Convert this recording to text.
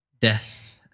death